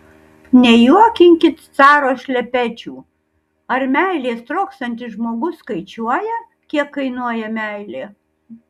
nejuokinkit caro šlepečių ar meilės trokštantis žmogus skaičiuoja kiek kainuoja meilė